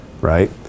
right